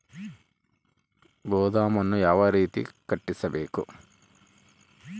ಗೋದಾಮನ್ನು ಯಾವ ರೇತಿ ಕಟ್ಟಿಸಬೇಕು?